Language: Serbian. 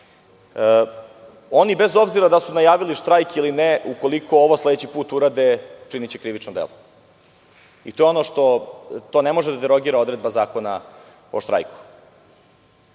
Oni, bez obzira da li su najavili štrajk ili ne, ukoliko ovo sledeći put urade, učiniće krivično delo. To ne može da derogira odredba Zakona o štrajku.